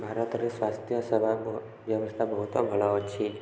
ଭାରତରେ ସ୍ୱାସ୍ଥ୍ୟ ସେବା ବ୍ୟବସ୍ଥା ବହୁତ ଭଲ ଅଛି